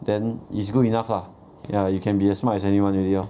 then is good enough lah ya you can be as smart as anyone already lor